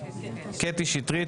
קטי שטרית,